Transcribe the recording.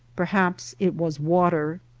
perhaps it was water.